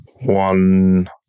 one